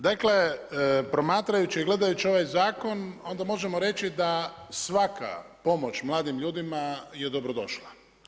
Dakle, promatrajući i gledajući ovaj zakon onda možemo reći da svaka pomoć mladim ljudima je dobro došla.